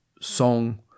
song